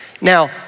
Now